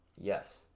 Yes